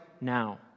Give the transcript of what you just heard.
now